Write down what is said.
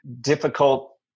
difficult